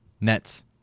Nets